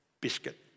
biscuit